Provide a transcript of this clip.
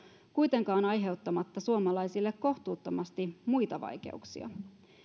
kuitenkaan aiheuttamatta suomalaisille kohtuuttomasti muita vaikeuksia